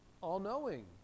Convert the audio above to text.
all-knowing